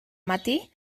matí